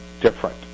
different